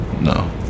No